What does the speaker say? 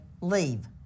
leave